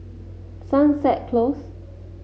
Sunset Close